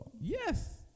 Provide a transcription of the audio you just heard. yes